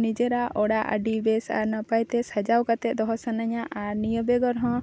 ᱱᱤᱡᱮᱨᱟᱜ ᱚᱲᱟᱜ ᱟᱹᱰᱤ ᱵᱮᱥ ᱟᱨ ᱱᱟᱯᱟᱭ ᱛᱮ ᱥᱟᱡᱟᱣ ᱠᱟᱛᱮᱫ ᱫᱚᱦᱚ ᱥᱟᱱᱟᱧᱟ ᱟᱨ ᱱᱤᱭᱟᱹ ᱵᱮᱜᱚᱨ ᱦᱚᱸ